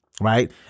Right